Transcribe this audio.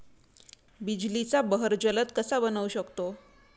बिजलीचा बहर जलद कसा बनवू शकतो?